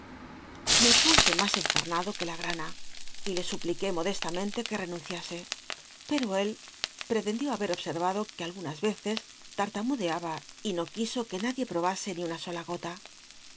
me puse mas encarnado que la gt'ana y le supliqué modestamen te que renunciase pero él jli'c iendió haber observado que algunas yeccs tartamudeaba y no quiso que nadie probase ui una sola gota